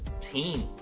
team